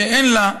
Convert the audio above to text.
שאין לה,